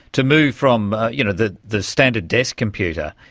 to move from you know the the standard desk computer,